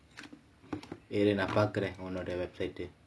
இரு நான் பார்க்கிறேன் உன்னோட:iru naan paarkkiraen unnoda website